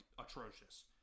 atrocious